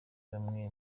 bamwe